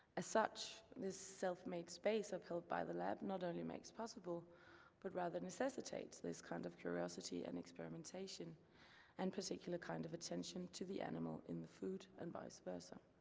as such, this self-made space upheld by the lab not only makes possible but rather necessitates this kind of curiosity and experimentation and particular kind of attention to the animal in the food and vice versa.